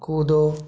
कूदो